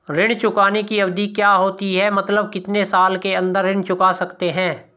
ऋण चुकाने की अवधि क्या होती है मतलब कितने साल के अंदर ऋण चुका सकते हैं?